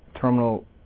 terminal